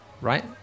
right